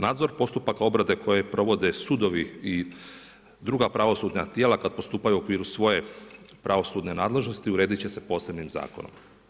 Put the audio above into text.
Nadzor postupaka obrade koje provode sudovi i druga pravosudna tijela kada postupaju u okviru svoje pravosudne nadležnosti uredit će se posebnim zakonom.